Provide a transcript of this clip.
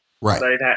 Right